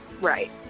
Right